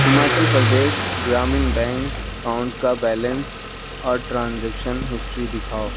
Himachal Pradesh Gramin bank account کا balance اور transaction history دکھاؤ